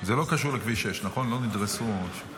זה לא קשור לכביש 6, לא נדרסו או משהו.